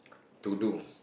to do